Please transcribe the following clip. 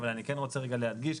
אבל אני כן רוצה רגע להדגיש,